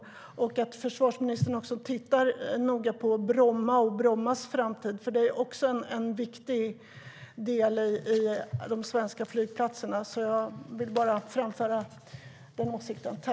Jag hoppas att försvarsministern också tittar noga på Bromma och Brommas framtid, för det är en viktig del av de svenska flygplatserna. Jag vill bara framföra den åsikten.